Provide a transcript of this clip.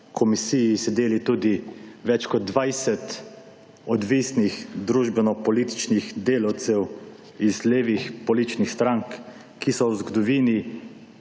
komisije sedeli tudi več kot 20 odvisnih družbenopolitičnih delavcev iz levih političnih strank, ki so v zgodovini